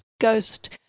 ghost